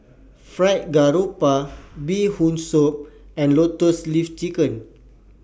Fried Garoupa Bee Hoon Soup and Lotus Leaf Chicken